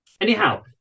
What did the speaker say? Anyhow